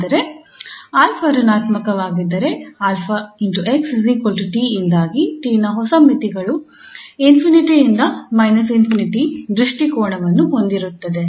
ಆದರೆ 𝑎 ಋಣಾತ್ಮಕವಾಗಿದ್ದರೆ 𝑎𝑥 𝑡 ಯಿಂದಾಗಿ 𝑡 ನ ಹೊಸ ಮಿತಿಗಳು ∞ ನಿಂದ −∞ ದೃಷ್ಟಿಕೋನವನ್ನು ಹೊಂದಿರುತ್ತದೆ